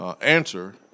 answer